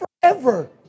forever